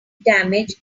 damage